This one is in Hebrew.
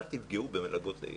אל תפגעו במלגות לילדים.